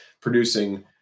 producing